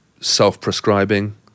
self-prescribing